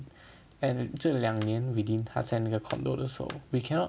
and 这两年 within 他在那个 condo 的时候 we cannot